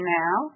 now